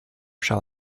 shall